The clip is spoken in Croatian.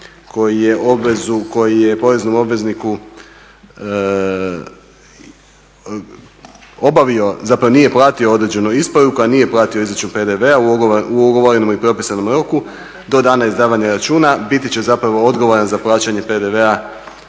koji je poreznom obvezniku obavio, zapravo nije platio određenu isporuku, a nije platio izračun PDV-a u ugovorenom i propisanom roku do dana izdavanja računa biti će zapravo odgovoran za plaćanje PDV-a